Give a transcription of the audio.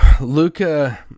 Luca